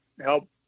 help